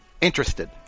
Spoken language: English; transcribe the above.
Interested